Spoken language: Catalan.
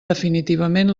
definitivament